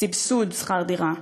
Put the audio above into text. סבסוד שכר דירה,